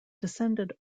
transcended